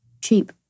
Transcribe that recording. Cheap